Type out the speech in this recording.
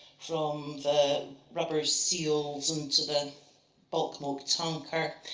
from the rubber seals into the bulk milk tanker,